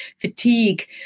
fatigue